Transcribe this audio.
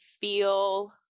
feel